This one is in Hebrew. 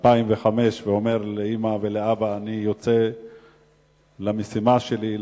2005 ואומר לאמא ולאבא: אני יוצא למשימה שלי,